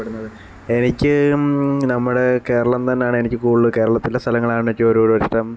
പെടുന്നത് എനിക്ക് നമ്മുടെ കേരളം തന്നെയാണ് എനിക്ക് കൂടുതൽ കേരളത്തിലെ സലങ്ങളാണ് എനിക്ക് ഒരോരോ ഇഷ്ടം